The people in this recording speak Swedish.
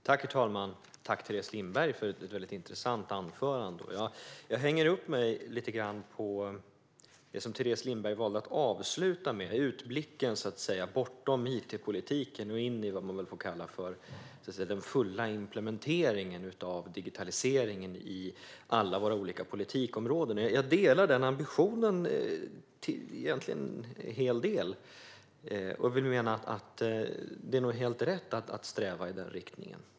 Herr talman! Tack, Teres Lindberg, för ett intressant anförande! Jag hänger upp mig lite grann på det som Teres Lindberg valde att avsluta med, det vill säga utblicken bortom it-politiken och in i den fulla implementeringen av digitaliseringen i alla våra olika politikområden. Jag delar till stor del den ambitionen, och det är nog helt rätt att sträva i den riktningen.